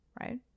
right